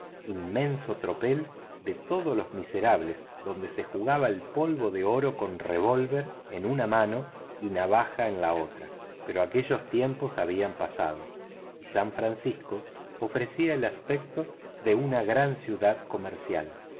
inmenso tropel de todos los miserables donde se jugaba el polvo de oro con revólver en una mano y navaja en la otra pero aquellos tiempos habían pasado y san francisco ofrecía el aspecto de una gran ciudad comercial